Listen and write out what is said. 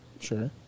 Sure